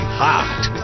hot